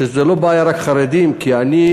שזו לא רק בעיה של החרדים, כי ראיתי